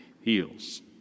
heals